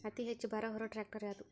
ಅತಿ ಹೆಚ್ಚ ಭಾರ ಹೊರು ಟ್ರ್ಯಾಕ್ಟರ್ ಯಾದು?